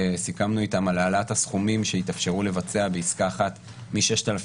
סיכמנו איתם על העלאת הסכומים שיתאפשרו לבצע בעסקה אחת מ-6,000